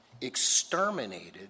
exterminated